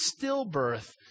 stillbirth